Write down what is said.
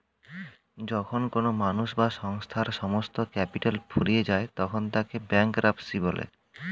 যখন কোনো মানুষ বা সংস্থার সমস্ত ক্যাপিটাল ফুরিয়ে যায় তখন তাকে ব্যাঙ্করাপ্সি বলে